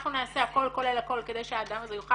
אנחנו נעשה הכל כולל הכל כדי שהאדם הזה יוכל